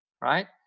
Right